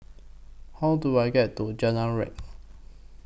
How Do I get to Jalan Riang